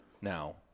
now